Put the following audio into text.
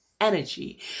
energy